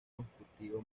constructivo